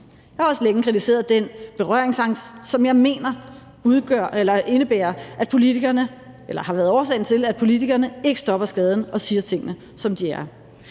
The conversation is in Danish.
Jeg har også længe kritiseret den berøringsangst, som jeg mener har været årsagen til, at politikerne ikke stopper skaden og siger tingene, som de er.